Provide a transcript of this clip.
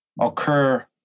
occur